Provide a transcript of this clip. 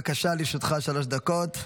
בבקשה, לרשותך שלוש דקות.